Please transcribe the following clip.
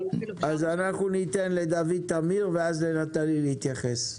דוד, בבקשה.